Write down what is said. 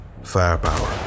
firepower